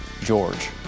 George